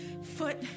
foot